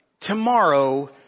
tomorrow